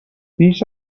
بیش